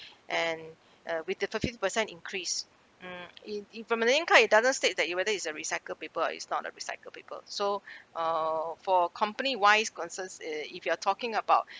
and uh with the twenty fifth percent increase mm it it from the name card it doesn't state that it whether it's a recycled paper or is not a recycle paper so uh for company wise concerns ugh if you are talking about